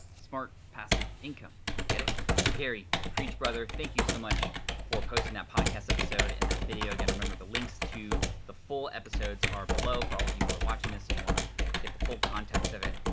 smart passive income, get it? so gary, preach brother! thank you so much for posting that podcast episode and that video again, remember the links to the full episodes are below for all of you who are watching this and wanna get the full context of it.